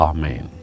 Amen